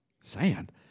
sand